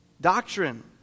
doctrine